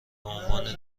عنوان